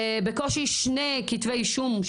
בקושי שני כתבי אישום,